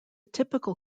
typical